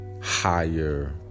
higher